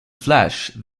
flash